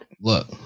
Look